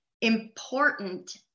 important